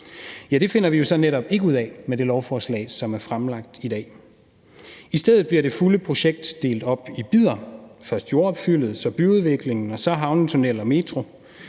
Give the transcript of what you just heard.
det finder vi jo så netop ikke ud af med det lovforslag, som er fremsat i dag. I stedet for bliver det fulde projekt delt op i bidder: først jordopfyldet, så byudviklingen, så havnetunnellen og metroen.